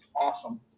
awesome